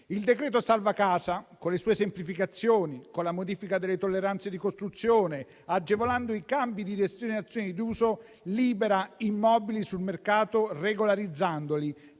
Il decreto salva casa, con le sue semplificazioni, con la modifica delle tolleranze di costruzione e agevolando i cambi di destinazione d'uso, libera immobili sul mercato, regolarizzandoli,